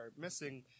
missing